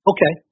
Okay